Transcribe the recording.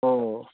ꯑꯧ